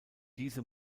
diese